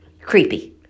creepy